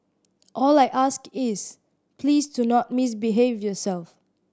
all I ask is please do not misbehave yourself